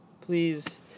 please